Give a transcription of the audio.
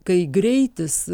kai greitis